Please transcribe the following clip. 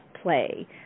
play